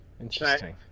interesting